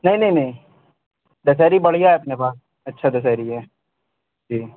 نہیں نہیں نہیں دشیری بڑھیا ہے اپنے پاس اچھا دشیری ہے جی